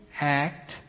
act